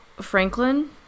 Franklin